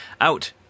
out